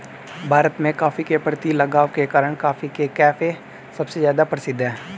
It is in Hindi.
भारत में, कॉफ़ी के प्रति लगाव के कारण, कॉफी के कैफ़े सबसे ज्यादा प्रसिद्ध है